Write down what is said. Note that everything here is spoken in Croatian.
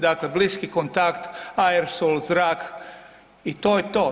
Dakle, bliski kontakt, aerosol, zrak, i to je to.